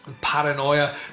paranoia